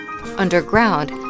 Underground